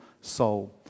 soul